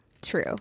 True